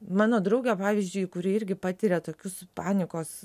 mano draugė pavyzdžiui kuri irgi patiria tokius panikos